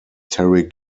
terry